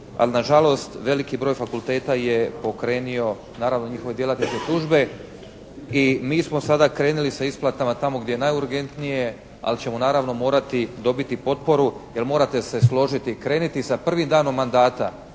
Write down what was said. ali na žalost veliki broj fakulteta je pokrenuo naravno njihovi djelatnici tužbe i mi smo sada krenuli sa isplatama tamo gdje je najurgentnije. Ali ćemo naravno morati dobiti potporu, jer morate se složiti krenuti sa prvim danom mandata